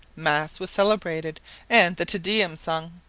mass was celebrated and the te deum sung.